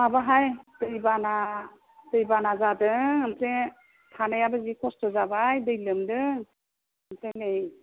माबाहाय दैबाना जादों ओमफ्राय थानायाबो जि कस्त' जाबाय दै लोमदों ओमफ्राय नै